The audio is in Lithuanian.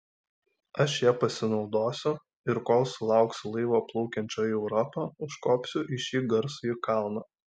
aš ja pasinaudosiu ir kol sulauksiu laivo plaukiančio į europą užkopsiu į šį garsųjį kalną